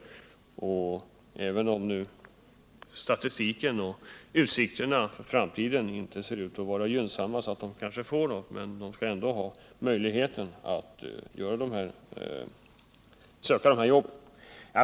Även om ungdomarnas utsikter att få något arbete inte är gynnsamma, skall de ändå ha denna möjlighet att söka jobb.